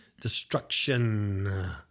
Destruction